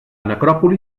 necròpoli